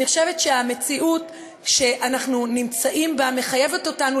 אני חושבת שהמציאות שאנחנו נמצאים בה מחייבת אותנו